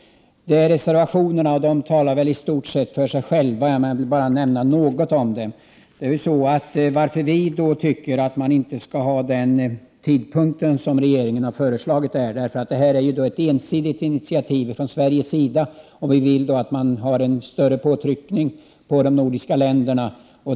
Reservationerna talar i stort sett för sig själva, men jag vill något kommentera dem. Vi tycker inte att det skall vara den tidsbegränsning som regeringen föreslår, eftersom detta är ett ensidigt initiativ från Sveriges sida. Vi vill ha större påtryckningar på de övriga nordiska länderna.